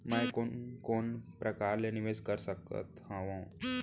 मैं कोन कोन प्रकार ले निवेश कर सकत हओं?